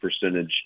percentage